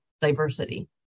diversity